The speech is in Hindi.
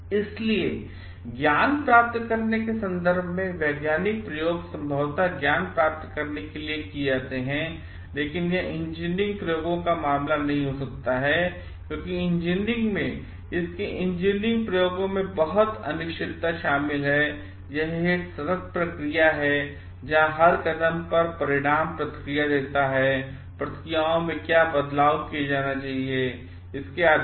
इसलिए ज्ञान प्राप्त करने के संदर्भ में नहीं वैज्ञानिक प्रयोग संभवतया ज्ञान प्राप्त करने के लिए किए जाते हैं लेकिन यह इंजीनियरिंग प्रयोगों का मामला नहीं हो सकता है क्योंकि इंजीनियरिंग में इसके इंजीनियरिंग प्रयोगों में बहुत अनिश्चितता शामिल है और यह एक सतत प्रक्रिया है जहां हर कदम पर परिणाम प्रतिक्रिया देता है प्रक्रियाओं में क्या बदलाव किए जाने चाहिए इसके आधार पर